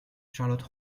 charlotte